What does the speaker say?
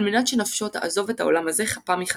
על מנת שנפשו תעזוב את העולם הזה חפה מחטאים.